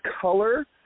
color